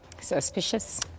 Suspicious